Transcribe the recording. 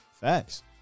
Facts